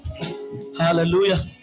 Hallelujah